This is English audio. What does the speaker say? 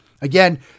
Again